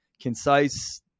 concise